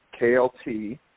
KLT